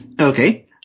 Okay